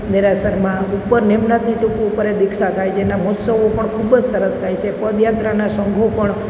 દેરાસરમાં ઉપર નિમનાથની ટોપ ઉપર દીક્ષા થાય છે એના મહોત્સવો પણ ખૂબ જ સરસ થાય છે પદયાત્રાના સંઘો પણ